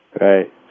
Right